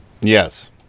Yes